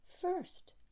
first